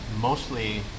Mostly